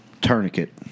Tourniquet